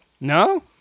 No